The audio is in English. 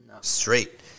straight